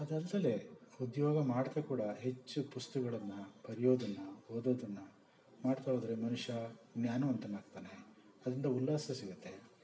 ಅದಲ್ದಲೆ ಉದ್ಯೋಗ ಮಾಡ್ತಾ ಕೂಡ ಹೆಚ್ಚು ಪುಸ್ತಕಗಳನ್ನ ಬರೆಯೋದನ್ನು ಓದೋದನ್ನು ಮಾಡ್ತಾ ಹೋದ್ರೆ ಮನುಷ್ಯ ಜ್ಞಾನವಂತನಾಗ್ತಾನೆ ಅದರಿಂದ ಉಲ್ಲಾಸ ಸಿಗತ್ತೆ